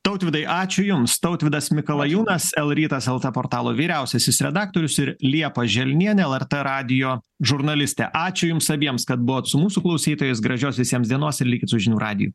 tautvydai ačiū jums tautvydas mikalajūnas el rytas lt portalo vyriausiasis redaktorius ir liepa želnienė lrt radijo žurnalistė ačiū jums abiems kad buvot su mūsų klausytojais gražios visiems dienos ir likt su žinių radiju